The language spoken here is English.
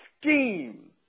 scheme